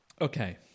Okay